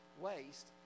waste